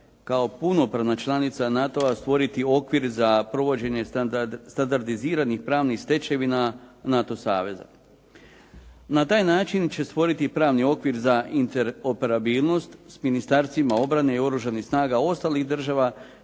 kao punopravna članica NATO-a stvoriti okvir za provođenje standardiziranih pravnih stečevina NATO saveza. Na taj način će stvoriti pravni okvir za inteoperabilnost s Ministarstvima obrane i oružanih snaga, ostalih država